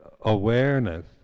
awareness